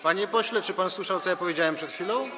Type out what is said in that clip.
Panie pośle, czy pan słyszał, co ja powiedziałem przed chwilą?